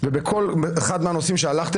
שעוסקת